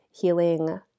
healing